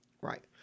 Right